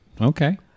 okay